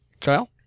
Kyle